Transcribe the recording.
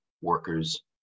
workers